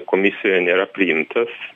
komisijoj nėra priimtas